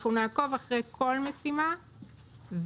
אנחנו נעקוב אחרי כל משימה ונחזק